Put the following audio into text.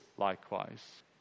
likewise